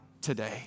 today